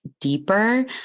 deeper